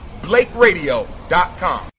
blakeradio.com